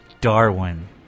Darwin